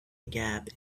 gap